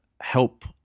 help